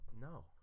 No